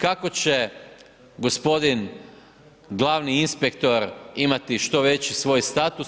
Kako će gospodin, glavni inspektor imati što veći svoj status.